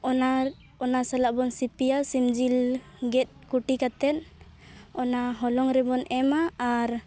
ᱚᱱᱟ ᱚᱱᱟ ᱥᱟᱞᱟᱜ ᱵᱚᱱ ᱥᱤᱯᱤᱭᱟ ᱥᱤᱢ ᱡᱤᱞ ᱜᱮᱫ ᱠᱩᱴᱤ ᱠᱟᱛᱮᱱ ᱚᱱᱟ ᱦᱚᱞᱚᱝ ᱨᱮᱵᱚᱱ ᱮᱢᱟ ᱟᱨ